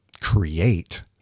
create